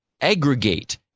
aggregate